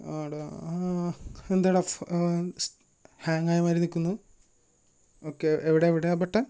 ആ ടാ എന്താടാ ഫ്സ് ഹാങ്ങായ മാതിരി നിൽക്കുന്നു ഓക്കെ എവിടെ എവിടെയാണ് ആ ബട്ടൺ